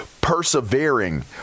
persevering